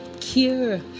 cure